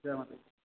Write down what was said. जै माता दी ओके